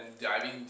diving